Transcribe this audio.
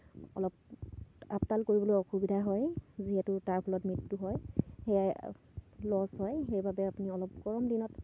অলপ আপডাল কৰিবলৈ অসুবিধা হয় যিহেতু তাৰ ফলত মৃত্যু হয় সেয়াই লছ হয় সেইবাবে আপুনি অলপ গৰম দিনত